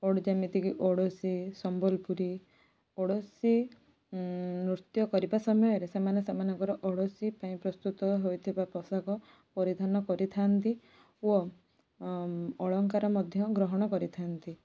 ଯେମିତି କି ଓଡ଼ିଶୀ ସମ୍ବଲପୁରୀ ଓଡ଼ିଶୀ ନୃତ୍ୟ କରିବା ସମୟରେ ସେମାନେ ସେମାନଙ୍କର ଓଡ଼ିଶୀ ପାଇଁ ପ୍ରସ୍ତୁତ ହୋଇଥିବା ପୋଷାକ ପରିଧାନ କରିଥାନ୍ତି ଓ ଅଳଙ୍କାର ମଧ୍ୟ ଗ୍ରହଣ କରିଥାନ୍ତି